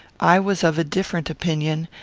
i was of a different opinion,